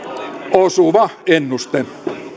osuva ennuste